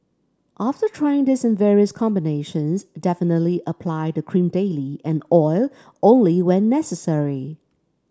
after trying this in various combinations definitely apply the cream daily and oil only when necessary